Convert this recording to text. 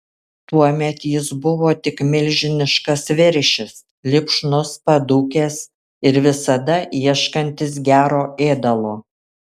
tuomet jis buvo tik milžiniškas veršis lipšnus padūkęs ir visada ieškantis gero ėdalo